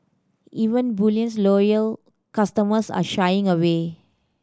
even bullion's loyal customers are shying away